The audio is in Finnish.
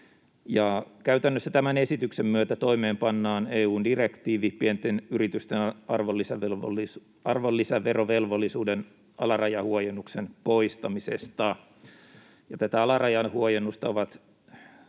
Käytännössä tämän esityksen myötä toimeenpannaan EU-direktiivi pienten yritysten arvonlisäverovelvollisuuden alarajahuojennuksen poistamisesta. Tätä alarajan huojennusta ovat